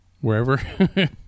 Wherever